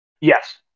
Yes